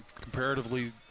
comparatively